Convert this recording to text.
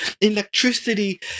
Electricity